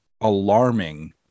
alarming